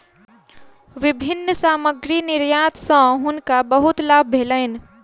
विभिन्न सामग्री निर्यात सॅ हुनका बहुत लाभ भेलैन